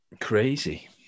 Crazy